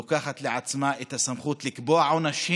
לוקחת לעצמה את הסמכות לקבוע עונשים.